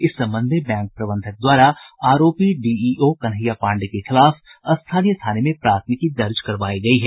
इस संबंध में बैंक प्रबंधक द्वारा आरोपी डीईओ कन्हैया पाण्डेय के खिलाफ स्थानीय थाने में प्राथमिकी दर्ज करवायी गयी है